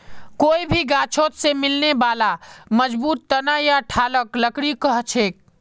कोई भी गाछोत से मिलने बाला मजबूत तना या ठालक लकड़ी कहछेक